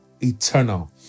eternal